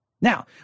Now